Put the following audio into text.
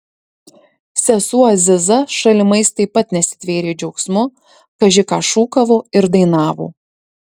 sesuo aziza šalimais taip pat nesitvėrė džiaugsmu kaži ką šūkavo ir dainavo